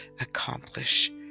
accomplish